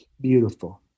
beautiful